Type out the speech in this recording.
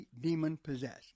demon-possessed